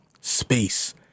space